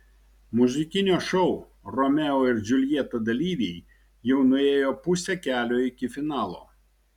muzikinio šou romeo ir džiuljeta dalyviai jau nuėjo pusę kelio iki finalo